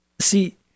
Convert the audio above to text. See